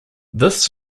this